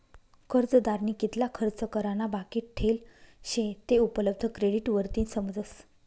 कर्जदारनी कितला खर्च करा ना बाकी ठेल शे ते उपलब्ध क्रेडिट वरतीन समजस